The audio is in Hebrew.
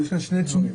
יש כאן שני דברים.